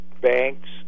banks